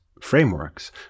frameworks